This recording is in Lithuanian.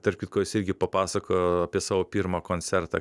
tarp kitko jis irgi papasakojo apie savo pirmą koncertą